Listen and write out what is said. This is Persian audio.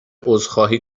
عذرخواهی